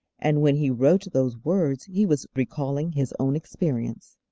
and when he wrote those words he was recalling his own experience.